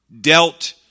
dealt